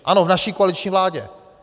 Ano, v naší koaliční vládě.